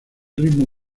ritmo